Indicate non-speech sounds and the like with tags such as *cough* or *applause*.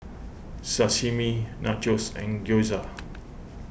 *noise* Sashimi Nachos and Gyoza